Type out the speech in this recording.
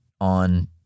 on